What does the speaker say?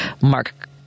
Mark